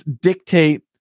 dictate